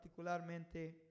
particularmente